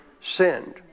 sinned